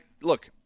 look